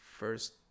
First